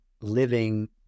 living